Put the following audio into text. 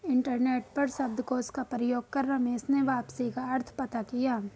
internet पर शब्दकोश का प्रयोग कर रमेश ने वापसी का अर्थ पता किया